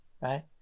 right